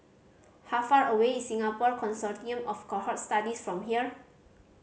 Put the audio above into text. how far away is Singapore Consortium of Cohort Studies from here